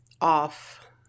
off